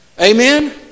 Amen